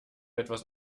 etwas